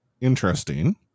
interesting